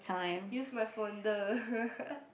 use my phoned